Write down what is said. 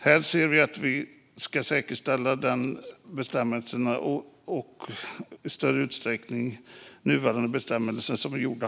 Här anser vi att det ska säkerställas att de nya bestämmelserna efterföljs i större utsträckning än de nuvarande bestämmelserna gjort.